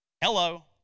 hello